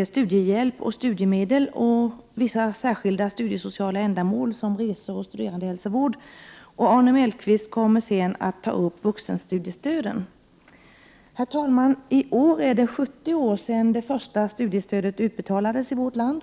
om studiehjälp och studiemedel samt bidrag till vissa särskilda studiesociala ändamål, som resor och studerandehälsovård. Arne Mellqvist kommer sedan att ta upp vuxenstudiestödet. Herr talman! I år är det 70 år sedan det första studiestödet utbetalades i vårt land.